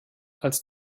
als